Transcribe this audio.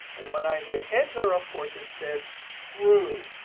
and when i hit enter, of course, it says true.